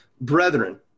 Brethren